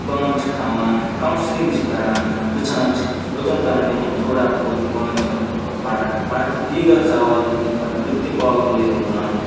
بانہٕ چھِکھ تھاوان کَوسِلِنٛگ چھِ کَران وُچھان چھِ یوٚتَن تانۍ تِمَن تھوڑا بہت یِوان چھِ فرق پَتہٕ چھُ دیٖگَر سوال تِم چھِ پَتہٕ بٕتھِ تہِ پاگلٕے روزان